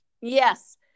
Yes